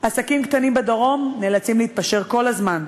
עסקים קטנים בדרום נאלצים להתפשר כל הזמן,